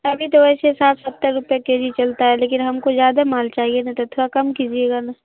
ابھی تو ویسے ساٹھ ستر روپے کے جی چلتا ہے لیکن ہم کو زیادہ مال چاہیے نا تو تھوڑا کم کیجیے گا نا